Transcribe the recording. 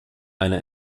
eine